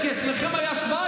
מדברים הרבה,